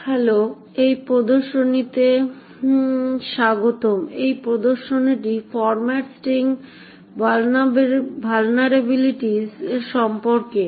hello এই প্রদর্শনীতে স্বাগতম এই প্রদর্শনটি ফরমাট স্ট্রিং ভালনেরাবিলিটিজ সম্পর্কেও